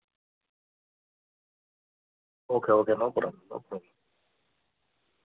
okay okay no problem no problem